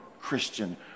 Christian